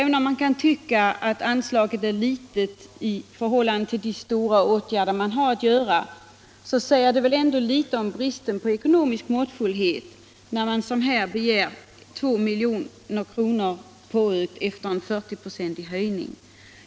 Även om man kan tycka att anslaget är litet i förhållande till de omfattande åtgärder som behöver vidtas, säger det väl ändå något om bristen på ekonomisk måttfullhet att så här begära 2 milj.kr. påökt efter en 40-procentig höjning.